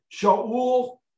Sha'ul